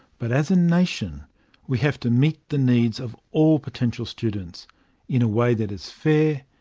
but as a nation we have to meet the needs of all potential students in a way that is fair,